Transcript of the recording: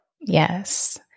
Yes